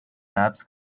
maps